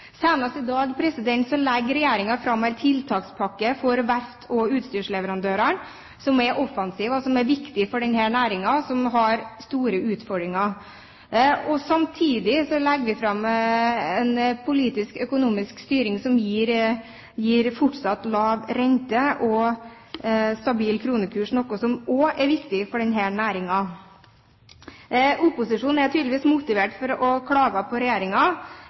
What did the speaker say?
Senest i dag legger regjeringen fram en tiltakspakke for verft og utstyrsleverandører som er offensiv, og som er viktig for denne næringen som har store utfordringer. Samtidig legger vi fram en politisk økonomisk styring som gir fortsatt lav rente og stabil kronekurs, noe som også er viktig for denne næringen. Opposisjonen er tydeligvis motivert for å klage på